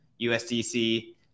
USDC